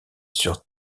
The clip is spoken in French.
sur